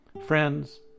Friends